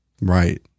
Right